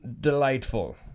delightful